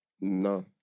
No